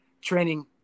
training